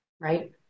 Right